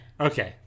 okay